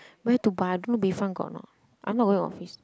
where to buy I don't know Bayfront got or not I'm not going office